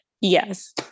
Yes